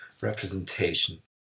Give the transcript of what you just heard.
representation